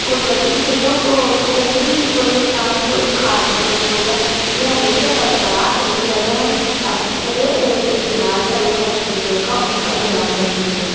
قدرتی چیزوں کو کو بھی کوئی نقصان کوئی خاتمہ نہیں ہوگا یہ ہمیشہ برقرار رہیں گے اگر ہم اچّّھی طرح استعمال کریں سب چیزوں کا ان کا دھیان رکھیں تو